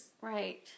Right